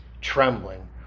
trembling